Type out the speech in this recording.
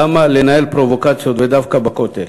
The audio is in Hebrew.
למה לנהל פרובוקציות, ודווקא בכותל?